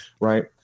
Right